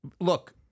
Look